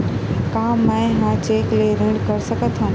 का मैं ह चेक ले ऋण कर सकथव?